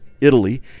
Italy